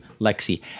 Lexi